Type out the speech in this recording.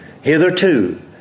Hitherto